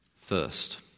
First